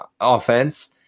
offense